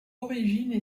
origines